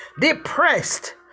depressed